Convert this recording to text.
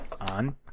on